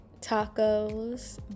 tacos